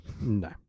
No